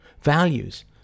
Values